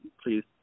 please